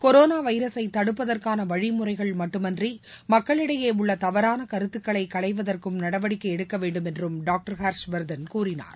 கொரோனாவைரஸை தடுப்பதற்கானவழிமுறைகள் மட்டுமின்றி மக்களிடையேஉள்ளதவறானகருத்துக்களைகளைவதற்கும் நடவடிக்கைஎடுக்கவேண்டும் என்றும் ஹர்ஷ்வர்தன் கூறினார்